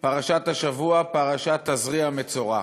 פרשת השבוע היא פרשת תזריע מצורע.